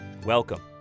Welcome